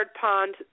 pond